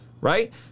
Right